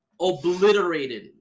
obliterated